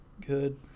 good